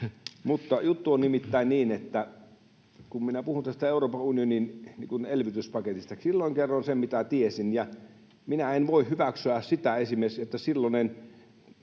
Juttu on nimittäin niin, että kun minä puhun tästä Euroopan unionin elvytyspaketista, silloin kerroin sen, mitä tiesin, ja minä en voi hyväksyä esimerkiksi sitä, että silloinen